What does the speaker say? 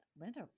Linda